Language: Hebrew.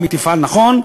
אם היא תפעל נכון,